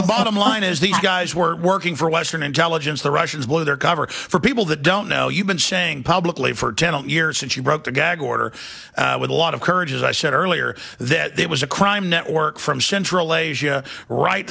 the bottom line is these guys were working for western intelligence the russians blow their cover for people that don't know you've been saying publicly for ten years that you broke the gag order with a lot of courage as i said earlier that there was a crime network from central asia right